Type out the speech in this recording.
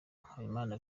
habimana